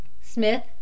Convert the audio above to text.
Smith